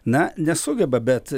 na nesugeba bet